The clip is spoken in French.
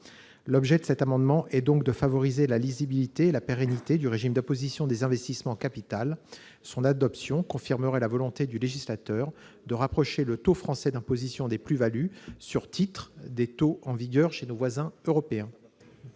L'objet de cet amendement est donc de favoriser la lisibilité et la pérennité du régime d'imposition des investissements en capital. Son adoption confirmerait la volonté du législateur de rapprocher le taux français d'imposition des plus-values sur titres des taux en vigueur chez nos voisins européens.